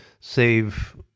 save